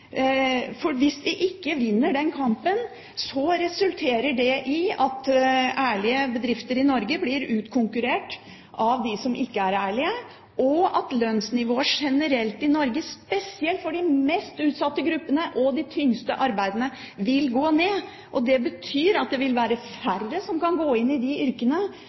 alle. Hvis vi ikke vinner den kampen, resulterer det i at ærlige bedrifter i Norge blir utkonkurrert av bedrifter som ikke er ærlige, og lønnsnivået generelt i Norge, spesielt for de mest utsatte gruppene og de tyngste arbeidene, vil gå ned. Det betyr at det vil bli færre som kan gå inn i de yrkene,